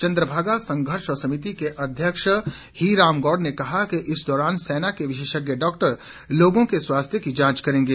चंद्रभागा संघर्ष समिति के अध्यक्ष ही राम गौड ने कहा है कि इस दौरान सेना के विशेषज्ञ डाक्टर लोगों के स्वास्थ्य की जांच करेंगे